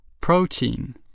Protein